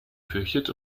fürchtet